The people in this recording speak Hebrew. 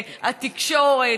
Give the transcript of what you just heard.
התקשורת,